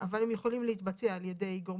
או לסייע לו בעת מצוקה או קושי הנובעים